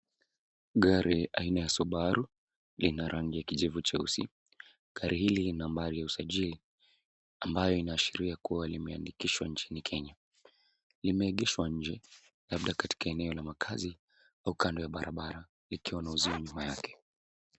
Gari, aina ya Subaru, lina rangi ya kijivu cheusi. Gari hili lina nambari ya usajili ,ambayo inaashiria kuwa limeandikishwa nchini Kenya. Limeegeshwa nje, labda katika eneo la makazi au kando ya barabara ikiwa na uzio nyuma yake.